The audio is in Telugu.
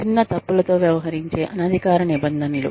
చిన్న తప్పులతో వ్యవహరించే అనధికారిక నిబంధనలు